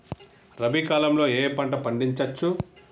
రబీ కాలంలో ఏ ఏ పంట పండించచ్చు?